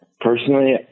Personally